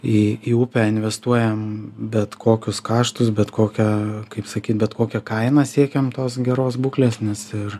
į į upę investuojam bet kokius kaštus bet kokią kaip sakyt bet kokia kaina siekiam tos geros būklės nes ir